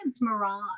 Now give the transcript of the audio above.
mirage